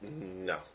no